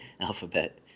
alphabet